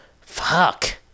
Fuck